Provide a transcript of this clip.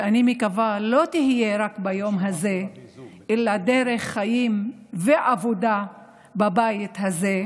שאני מקווה שלא תהיה רק ביום הזה אלא דרך חיים ועבודה בבית הזה,